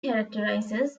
characterizes